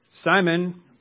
Simon